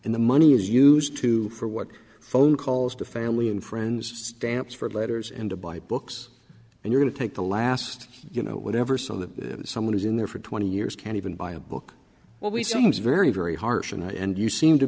and the money is used to for what phone calls to family and friends stamps for letters and to buy books and you're going to take the last you know whatever so that someone is in there for twenty years can even buy a book always seems very very harsh and you seem to